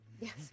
Yes